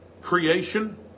creation